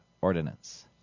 ordinance